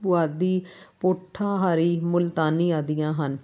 ਪੁਆਧੀ ਪੋਠਾਹਾਰੀ ਮੁਲਤਾਨੀ ਆਦਿ ਹਨ